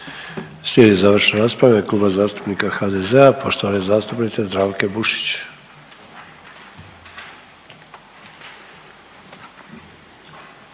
Slijedi završna rasprava u ime Kluba zastupnika HDZ-a poštovane zastupnice Zdravke Bušić.